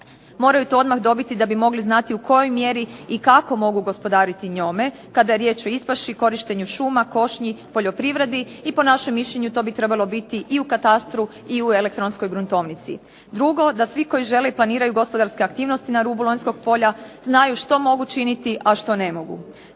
moraju to odmah dobiti da bi mogli znati u kojoj mjeri i kako mogu gospodariti njome kada je riječ o ispaši, korištenju šuma, košnji, poljoprivredi i po našem mišljenju to bi trebalo biti i u katastru i u elektronskoj gruntovnici. Drugo, da svi koji žele i planiraju gospodarske aktivnosti na rubu Lonjskog polja znaju što mogu činiti a što ne mogu.